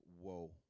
whoa